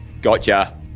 gotcha